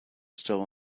still